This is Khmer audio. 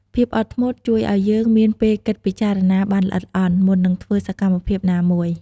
ភាពអត់ធ្មត់ជួយឲ្យយើងមានពេលគិតពិចារណាបានល្អិតល្អន់ មុននឹងធ្វើសកម្មភាពណាមួយ។